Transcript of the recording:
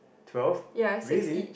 twelve really